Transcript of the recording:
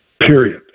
Period